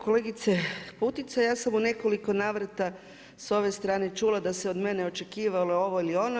Kolegice Putice, ja sam u nekoliko navrata s ove strane čula da se od mene očekivalo ovo ili ono.